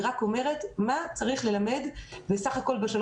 היא רק אומרת מה צריך ללמד בסך הכול בשלוש